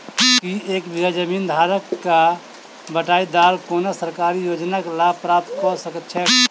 की एक बीघा जमीन धारक वा बटाईदार कोनों सरकारी योजनाक लाभ प्राप्त कऽ सकैत छैक?